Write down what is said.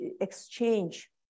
exchange